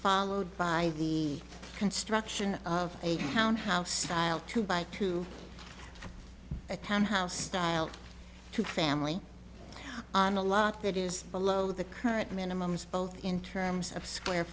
followed by the construction of a townhouse style two by two a townhouse style two family on a lock that is below the current minimum is both in terms of square